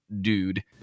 dude